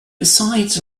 besides